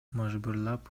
мажбурлап